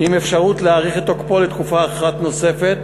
עם אפשרות להאריך את תוקפו לתקופה אחת נוספת,